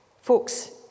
Folks